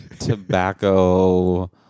tobacco